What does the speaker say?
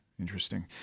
interesting